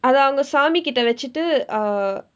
அத அவங்க சாமிக்கிட்ட வச்சிட்டு:atha avangka samikkitda vachsitdu err